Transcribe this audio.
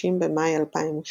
30 במאי 2008